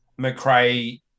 McRae